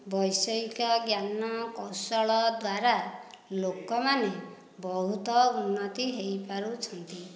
ବୈଷୟିକ ଜ୍ଞାନକୌଶଳ ଦ୍ୱାରା ଲୋକମାନେ ବହୁତ ଉନ୍ନତି ହୋଇପାରୁଛନ୍ତି